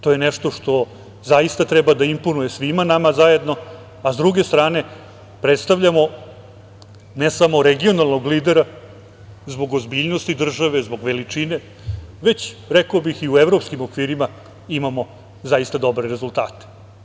To je nešto što zaista treba da imponuje svima nama zajedno, a sa druge strane, predstavljamo ne samo regionalnog lidera zbog ozbiljnosti države, zbog veličine, već rekao bih i u evropskih okvirima imamo zaista dobre rezultate.